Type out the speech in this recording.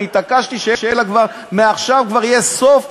אני התעקשתי שיהיה לה כבר מעכשיו סוף,